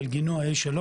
גילגינוע A3